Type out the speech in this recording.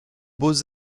beaux